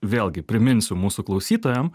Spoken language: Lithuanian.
vėlgi priminsiu mūsų klausytojam